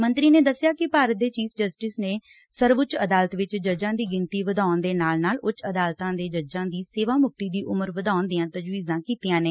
ਮੰਤਰੀ ਨੇ ਦਸਿਆ ਕਿ ਭਾਰਤ ਦੇ ਚੀਫ਼ ਜਸਟਿਸ ਨੇ ਸਰਵਉੱਚ ਅਦਾਲਤ ਵਿਚ ਜੱਜਾਂ ਦੀ ਗਿਣਤੀ ਵਧਾਉਣ ਦੇ ਨਾਲ ਨਾਲ ਉੱਚ ਅਦਾਲਤ ਦੇ ਜੱਜਾਂ ਦੀ ਸੇਵਾ ਮੁਕਤੀ ਦੀ ਉਮਰ ਵਧਾਉਣ ਦੀਆਂ ਤਜਵੀਜ਼ਾਂ ਕੀਤੀਆਂ ਨੇ